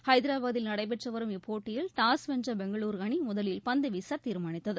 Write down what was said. ஹைதராபாத்தில் நடைபெற்று வரும் இப்போட்டியில் டாஸ் வென்ற பெங்களுர் அணி முதலில் பந்து வீச தீர்மானித்தது